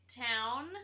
town